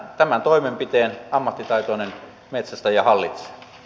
tämän toimenpiteen ammattitaitoinen metsästäjä hallitsee